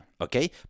Okay